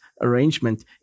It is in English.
arrangement